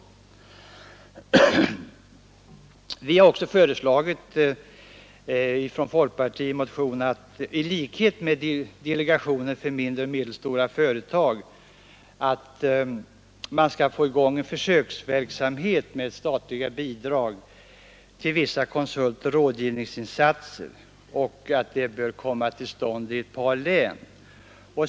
26 Vi har också i folkpartimotionen föreslagit i likhet med delegationen för mindre och medelstora företag, att man i ett par län skall få i gång en försöksverksamhet med statligt bidrag till vissa konsultoch utbildningsinsatser.